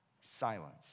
silence